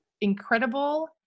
incredible